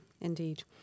Indeed